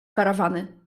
karawany